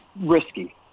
risky